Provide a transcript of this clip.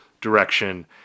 direction